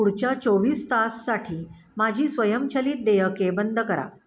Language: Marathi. पुढच्या चोवीस तासासाठी माझी स्वयंचलित देयके बंद करा